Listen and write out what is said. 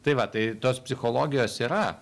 tai va tai tos psichologijos yra